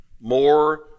more